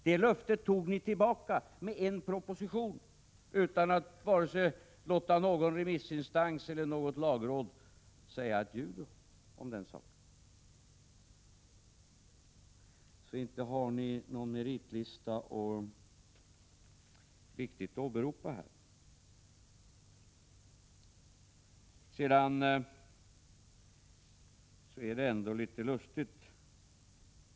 Det löftet tog ni tillbaka i en och samma proposition utan att vare sig låta någon remissinstans eller lagrådet säga ett ljud om den saken. Man kan alltså inte riktigt säga att ni har någon meritlista att åberopa.